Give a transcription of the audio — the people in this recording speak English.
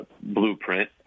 blueprint